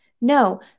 No